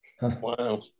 Wow